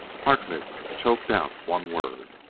harkness choked out one word.